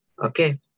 Okay